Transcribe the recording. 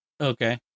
Okay